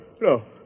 no